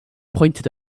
pointed